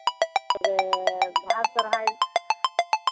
ᱛᱚᱵᱮ ᱵᱟᱦᱟ ᱥᱚᱨᱦᱟᱭ